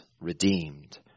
redeemed